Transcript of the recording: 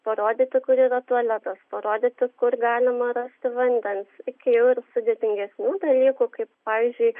parodyti kur yra tualetas parodyti kur galima rasti vandens iki ir sudėtingesnių dalykų kaip pavyzdžiui